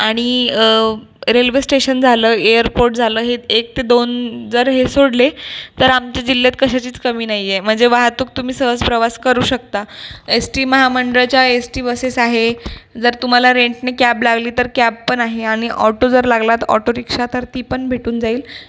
आणि railway station झालं airport झालं हे एक ते दोन जर हे सोडले तर आमच्या जिल्ह्यात कशाचीच कमी नाही आहे म्हणजे वाहतूक तुम्ही सहज प्रवास करू शकता एस टी महामंडळाच्या एस टी बसेस आहे जर तुम्हाला रेंटनी कॅब लागली तर कॅब पण आहे आणि ऑटो जर लागला तर ऑटोरिक्षा तर ती पण भेटून जाईल